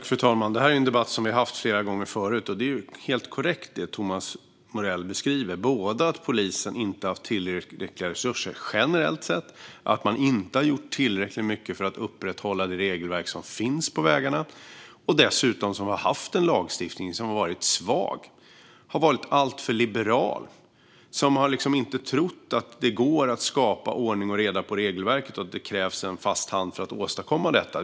Fru talman! Det här är en debatt som vi har haft flera gånger förut. Det som Thomas Morell beskriver är helt korrekt. Polisen har inte haft tillräckliga resurser generellt sett. Man har inte gjort tillräckligt mycket för att upprätthålla det regelverk som finns på vägarna. Dessutom har vi haft en lagstiftning som varit svag och alltför liberal. Man har inte trott att det går att skapa ordning och reda i regelverket och att det krävs en fast hand för att åstadkomma detta.